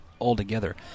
altogether